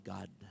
God